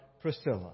Priscilla